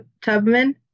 Tubman